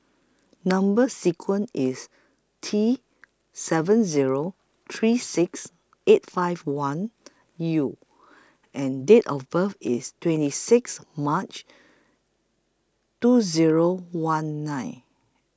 Number sequence IS T seven Zero three six eight five one U and Date of birth IS twenty six March two Zero one nine